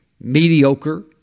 mediocre